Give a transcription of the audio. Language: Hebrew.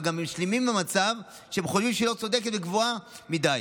ומשלימים עם המצב כשהם חושבים שהיא לא צודקת וגבוהה מדי.